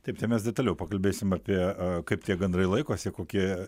taip tai mes detaliau pakalbėsim apie kaip tie gandrai laikosi kokie